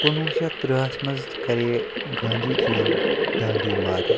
کُنہٕ وُہ شٮ۪تھ تٕرٛہَس منٛز کَرے گاندی جی یَن ڈانڈی مارٕچ